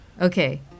Okay